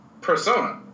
Persona